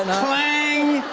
and clang!